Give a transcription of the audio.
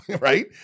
right